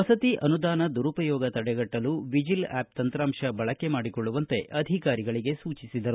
ವಸತಿ ಅನುದಾನ ದುರುಪಯೋಗ ತಡೆಗಟ್ಟಲು ವಿಜಿಲ್ ಆಪ್ ತಂತ್ರಾಂಶ ಬಳಕೆ ಮಾಡಿಕೊಳ್ಳುವಂತೆ ಅಧಿಕಾರಿಗಳಿಗೆ ಸೂಚಿಸಿದರು